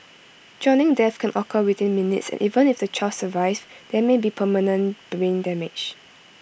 drowning deaths can occur within minutes and even if the child survives there may be permanent brain damage